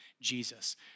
Jesus